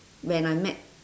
when I met